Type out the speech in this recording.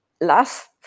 Last